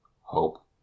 hope